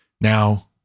Now